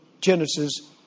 Genesis